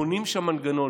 בונים שם מנגנון,